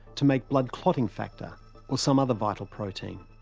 to make blood-clotting factor or some other vital protein.